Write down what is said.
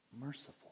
merciful